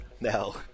No